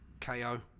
KO